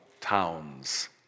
towns